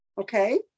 Okay